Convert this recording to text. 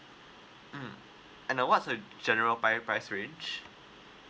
mm and uh what's the general prior price range